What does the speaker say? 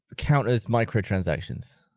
counters microtransactions